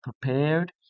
prepared